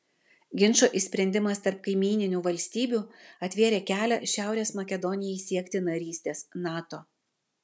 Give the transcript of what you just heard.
ginčo išsprendimas tarp kaimyninių valstybių atvėrė kelią šiaurės makedonijai siekti narystės nato